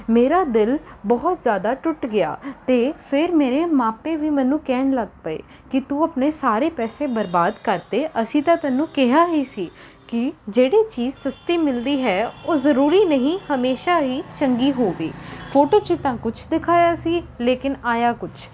ਮੇਰਾ ਦਿਲ ਬਹੁਤ ਜ਼ਿਆਦਾ ਟੁੱਟ ਗਿਆ ਅਤੇ ਫਿਰ ਮੇਰੇ ਮਾਪੇ ਵੀ ਮੈਨੂੰ ਕਹਿਣ ਲੱਗ ਪਏ ਕਿ ਤੂੰ ਆਪਣੇ ਸਾਰੇ ਪੈਸੇ ਬਰਬਾਦ ਕਰ ਦਿੱਤੇ ਅਸੀਂ ਤਾਂ ਤੈਨੂੰ ਕਿਹਾ ਹੀ ਸੀ ਕਿ ਜਿਹੜੀ ਚੀਜ਼ ਸਸਤੀ ਮਿਲਦੀ ਹੈ ਉਹ ਜਰੂਰੀ ਨਹੀਂ ਹਮੇਸ਼ਾ ਹੀ ਚੰਗੀ ਹੋਵੇ ਫੋਟੋ 'ਚ ਤਾਂ ਕੁਛ ਦਿਖਾਇਆ ਸੀ ਲੇਕਿਨ ਆਇਆ ਕੁਛ